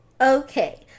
Okay